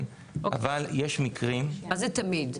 אבל יש מקרים -- מה זה "תמיד"?